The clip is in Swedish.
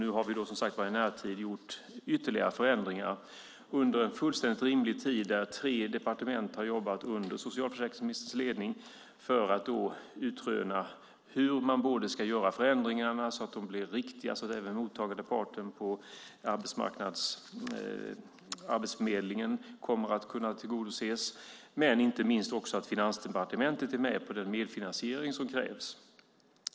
Nu har vi som sagt i närtid gjort ytterligare förändringar under en fullständigt rimlig tid där tre departement har jobbat under socialförsäkringsministerns ledning för att utröna både hur man ska göra förändringar så att de blir riktiga och så att även den mottagande parten på Arbetsförmedlingen kommer att kunna tillgodoses, och inte minst så att Finansdepartementet är med på den medfinansiering som krävs.